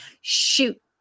shoot